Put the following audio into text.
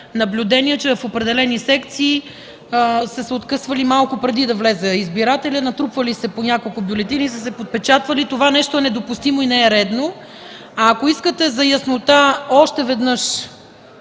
наблюдения, че в определени секции се откъсвали малко преди да влезе избирателят, натрупвали са се по няколко бюлетини и са се подпечатвали. Това е недопустимо и не е редно. Ако искате за яснота, за да